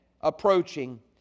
approaching